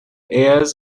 airs